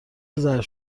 ظرف